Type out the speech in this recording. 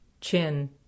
Chin